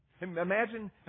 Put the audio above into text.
Imagine